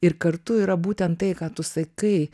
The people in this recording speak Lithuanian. ir kartu yra būtent tai ką tu sakai